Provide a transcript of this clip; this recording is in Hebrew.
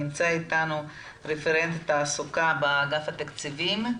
נמצא איתנו רפרנט תעסוקה באגף התקציבים,